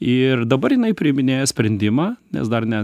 ir dabar jinai priiminėja sprendimą nes dar ne